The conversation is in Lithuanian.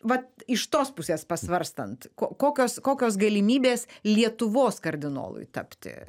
vat iš tos pusės pasvarstant kokios kokios galimybės lietuvos kardinolui tapti